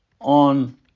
on